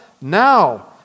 Now